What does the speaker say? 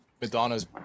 Madonna's